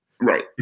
right